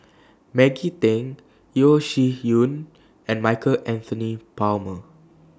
Maggie Teng Yeo Shih Yun and Michael Anthony Palmer